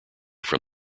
from